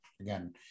again